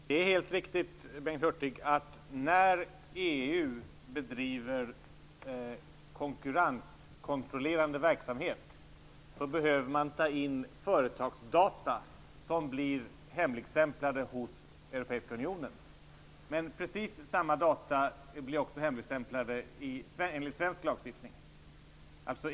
Herr talman! Det är helt riktigt, Bengt Hurtig, att man, när EU bedriver konkurrenskontrollerande verksamhet behöver, ta in företagsdata som blir hemligstämplade hos Europeiska unionen. Men precis samma data blir också hemligstämplade enligt svensk lagstiftning.